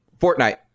Fortnite